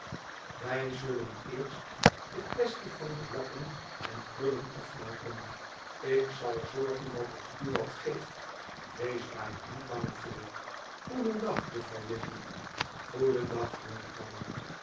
wij zullen eerst de quaestie van de lappen en prullen afmaken ik zal zorgen dat het u wat geeft wees daar niet bang voor goedendag juffrouw jenny goedendag jonkman